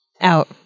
Out